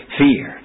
fear